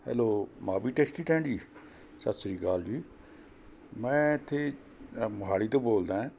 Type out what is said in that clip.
hello Mavi taxi stand ji ਸਤਿ ਸ਼੍ਰੀ ਅਕਾਲ ਜੀ ਮੈਂ ਇਥੇ ਮੋਹਾਲੀ ਤੋਂ ਬੋਲਦੈਂ